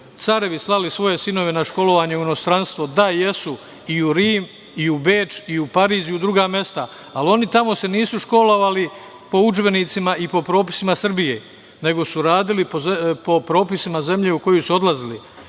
carevi slali svoje sinove na školovanje u inostranstvo. Da, jesu, i u Rim, i u Beč, i u Pariz, i u druga mesta, ali se oni tamo nisu školovali po udžbenicima i po propisima Srbije, nego su radili po propisima zemlje u koju su odlazili. Tako